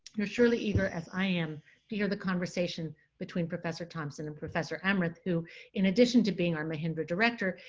you're surely eager as i am to hear the conversation between professor thompson and professor amrith who in addition to being our mahindra director,